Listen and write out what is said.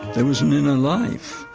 there was an inner life,